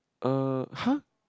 uh !huh!